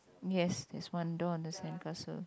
yes there's one doll on the sandcastle